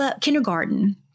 kindergarten